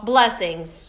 Blessings